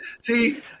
see